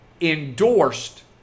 endorsed